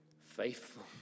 faithful